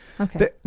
Okay